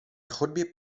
chodbě